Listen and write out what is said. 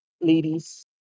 ladies